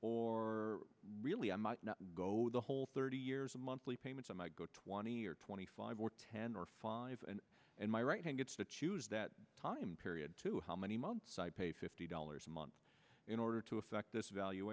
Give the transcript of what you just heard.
or really i might not go the whole thirty years monthly payments i might go twenty or twenty five or ten or five and my right hand gets to choose that time period to how many months i pay fifty dollars a month in order to effect